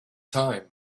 time